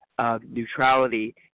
Neutrality